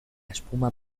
espuma